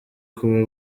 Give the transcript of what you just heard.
kuba